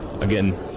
Again